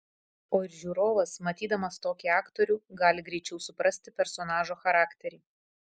o ir žiūrovas matydamas tokį aktorių gali greičiau suprasti personažo charakterį